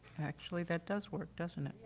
actually that does work, doesn't it?